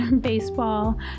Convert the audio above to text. baseball